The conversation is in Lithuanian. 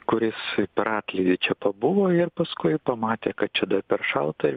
kuris per atlydį čia pabuvo ir paskui pamatė kad čia dar per šalta ir